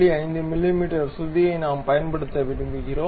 5 மிமீ சுருதியை நாம் பயன்படுத்த விரும்புகிறோம்